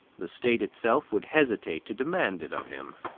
the state itself would hesitate to demand it of him.